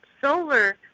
solar